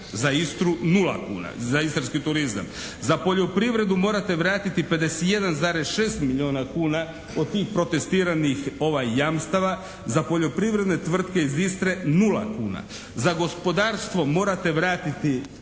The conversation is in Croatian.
za Istru 0 kuna, za Istarski turizam, za poljoprivredu morate vratiti 51,6 milijuna kuna od tih protestiranih jamstava, za poljoprivredne tvrtke iz Istre 0 kuna, za gospodarstvo morate vratiti